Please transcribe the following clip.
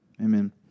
amen